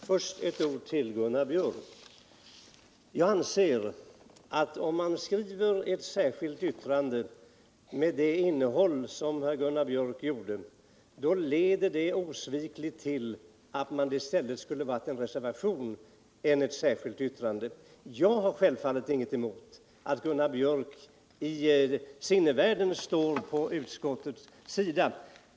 Herr talman! Först några ord till Gunnar Biörck i Värmdö. Jag anser att om man skriver ett särskilt yttrande med det innehåll som herr Gunnar Biörcks yttrande har, skulle det snarare ha varit en reservation än ett särskilt yttrande. Jag har självfallet inget emot att Gunnar Biörck i sinnevärlden står på utskottets sida.